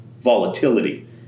volatility